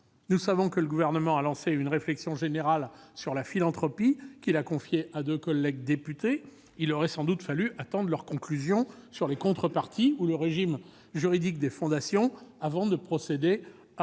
Nous savons que le Gouvernement a lancé une réflexion générale sur la philanthropie, qu'il a confiée à deux députées. Il aurait sans doute fallu attendre les conclusions de nos collègues sur les contreparties ou le régime juridique des fondations avant de procéder à